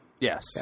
Yes